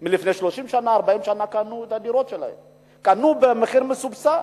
30 שנה, 40 שנה, קנו אותן במחיר מסובסד,